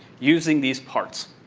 using these parts.